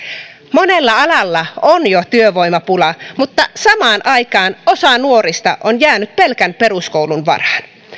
monella alalla on jo työvoimapula mutta samaan aikaan osa nuorista on jäänyt pelkän peruskoulun varaan